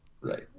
Right